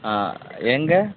ஆ எங்கே